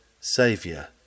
Saviour